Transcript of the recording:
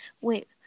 wait